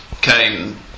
came